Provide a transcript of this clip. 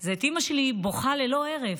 זה את אימא שלי בוכה ללא הרף.